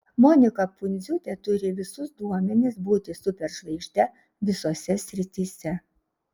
monika pundziūtė turi visus duomenis būti superžvaigžde visose srityse